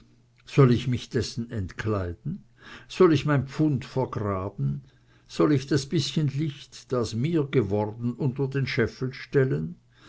soll ich mich dessen entkleiden soll ich mein pfund vergraben soll ich das bißchen licht das mir geworden unter den scheffel stellen